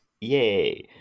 Yay